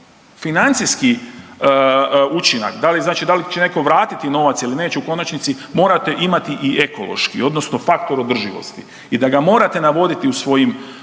financijski učinak, da li znači da li će netko vratiti novac ili neće u konačnici morate imati i ekološki odnosno faktor održivosti i da ga morate navoditi u svojim,